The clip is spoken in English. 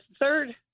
third